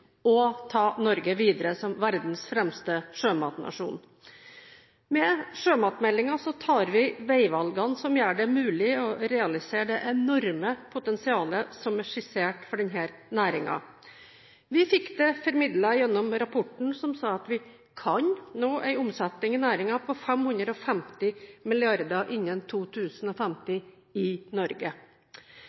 og ta Norge videre som verdens fremste sjømatnasjon. Med sjømatmeldingen tar vi veivalgene som gjør det mulig å realisere det enorme potensialet som er skissert for denne næringen. Vi fikk det formidlet gjennom rapporten som sa at vi kan nå en omsetning i næringen på 550 mrd. kr innen 2050, i Norge.